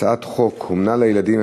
הצעת חוק אומנה לילדים,